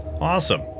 Awesome